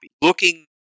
looking